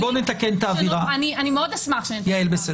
אני מאוד אשמח לשנות את האווירה.